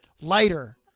Lighter